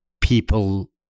people